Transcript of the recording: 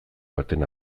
baten